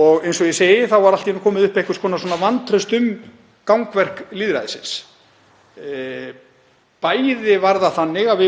og eins og ég segi þá var allt í einu komið upp einhvers konar vantraust á gangverk lýðræðisins. Bæði